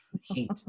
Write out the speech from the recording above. heat